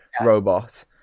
robot